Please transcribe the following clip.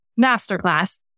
masterclass